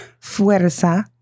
Fuerza